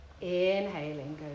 Inhaling